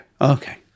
Okay